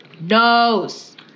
nose